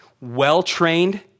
well-trained